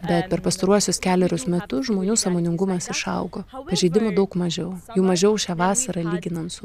bet per pastaruosius kelerius metus žmonių sąmoningumas išaugo pažeidimų daug mažiau jų mažiau šią vasarą lyginant su